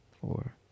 four